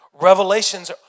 revelations